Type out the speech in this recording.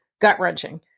gut-wrenching